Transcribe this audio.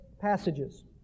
passages